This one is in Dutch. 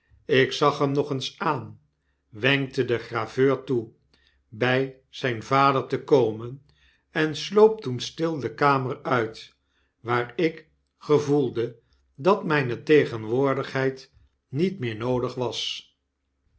ik zag hem nog eens aan wenkte den graveur toe bij zijn vader te komen en sloop toen stil de kamer uit waar ik gevoelde dat myne tegenwoordigheid niet meer noodig was